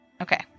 Okay